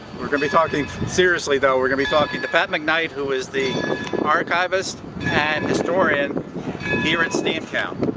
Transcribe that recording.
we're gonna be talking seriously though we're gonna be talking to pat mcknight, who is the archivist and historian here at steamtown.